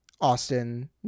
Austin